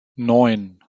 neun